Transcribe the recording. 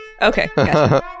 Okay